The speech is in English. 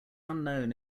unknown